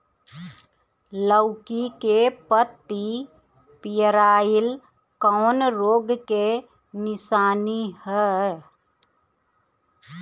लौकी के पत्ति पियराईल कौन रोग के निशानि ह?